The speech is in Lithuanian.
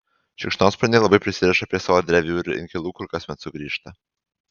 šikšnosparniai labai prisiriša prie savo drevių ir inkilų kur kasmet sugrįžta